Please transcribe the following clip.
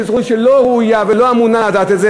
שזאת ועדה שלא ראויה ולא אמונה לדעת את זה,